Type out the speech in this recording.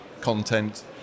content